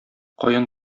каян